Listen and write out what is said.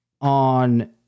on